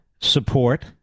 support